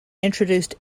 introduced